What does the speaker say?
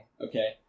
okay